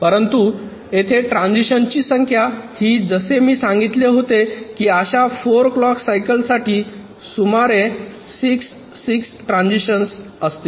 परंतु येथे ट्रान्झिशन ची संख्या ही जसे मी सांगितले होते की अशा 4 क्लॉक सायकल्ससाठी सुमारे 6 6 ट्रान्झिशन्स असतील